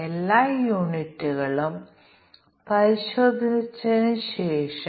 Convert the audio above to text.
അതിനാൽ ജോഡി തിരിച്ചുള്ള പരിശോധനയെക്കുറിച്ച് അതാണ്